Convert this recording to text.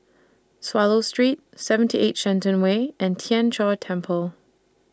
Swallow Street seventy eight Shenton Way and Tien Chor Temple